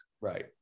Right